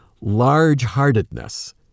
large-heartedness